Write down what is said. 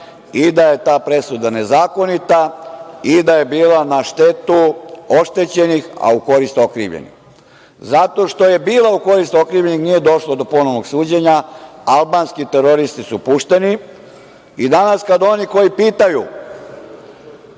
i da je ta presuda nezakonita, i da je bila na štetu oštećenih, a u korist okrivljenih. Zato što je bila u korist okrivljenih nije došlo do ponovnog suđenja, albanski teroristi su pušteni. Danas kad oni koji pitaju